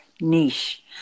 niche